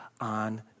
on